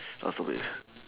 last topic